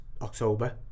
October